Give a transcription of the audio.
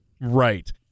Right